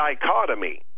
dichotomy